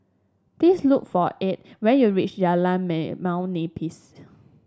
please look for Edd when you reach Jalan Limau Nipis